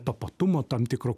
tapatumo tam tikro